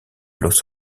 los